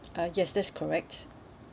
uh yes that's correct